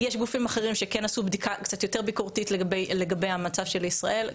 יש גופים אחרים שכן עשו בדיקה קצת יותר ביקורתית לגבי המצב של ישראל.